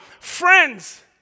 friends